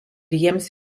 jiems